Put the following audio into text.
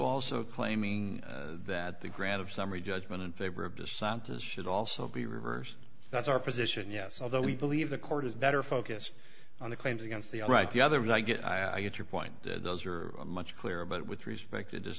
also claiming that the grant of summary judgment in favor of the scientists should also be reversed that's our position yes although we believe the court is better focused on the claims against the right the other is i get i get your point those are much clearer but with respect to